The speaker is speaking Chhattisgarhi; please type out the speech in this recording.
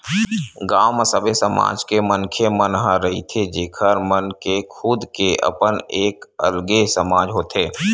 गाँव म सबे समाज के मनखे मन ह रहिथे जेखर मन के खुद के अपन एक अलगे समाज होथे